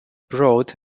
broad